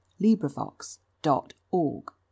LibriVox.org